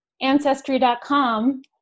Ancestry.com